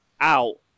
out